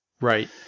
Right